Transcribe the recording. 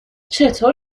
چطور